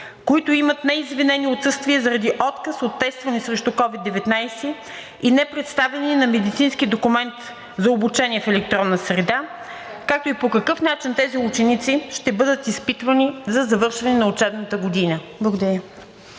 които имат неизвинени отсъствия заради отказ от тестване срещу COVID-19 и непредставяне на медицински документ за обучение в електронна среда, както и по какъв начин тези ученици ще бъдат изпитвани за завършване на учебната година? Благодаря.